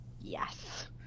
Yes